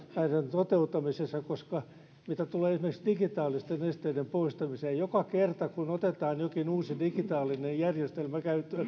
toteuttamisessa koska mitä tulee esimerkiksi digitaalisten esteiden poistamiseen niin joka kerta kun otetaan jokin uusi digitaalinen järjestelmä käyttöön me